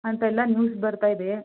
ಅಂತೆಲ್ಲ ನ್ಯೂಸ್ ಬರ್ತಾ ಇದೆ